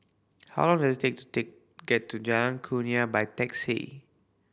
how long does takes take get to Jalan Kurnia by taxi